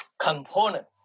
component